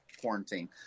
quarantine